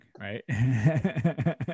Right